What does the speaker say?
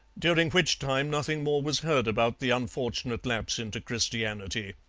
during which time nothing more was heard about the unfortunate lapse into christianity.